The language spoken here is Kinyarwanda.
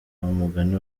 mugani